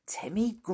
Timmy